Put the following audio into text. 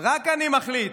רק אני מחליט.